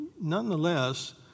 nonetheless